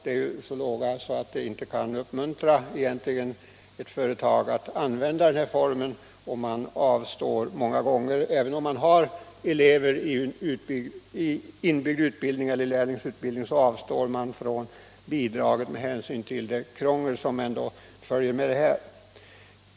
De är så låga att de egentligen inte kan uppmuntra ett företag att utnyttja denna bi dragsform. De avstår också många gånger, även om de har elever i inbyggd utbildning eller lärlingsutbildning, från bidrag med hänsyn till det krångel som ändå följer med sådana.